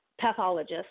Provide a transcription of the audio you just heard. pathologist